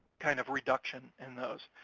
kind of reduction in those.